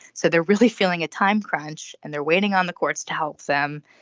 so they're really feeling a time crunch and they're waiting on the courts to help them.